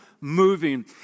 moving